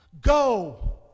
go